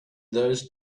those